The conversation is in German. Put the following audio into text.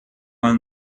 mal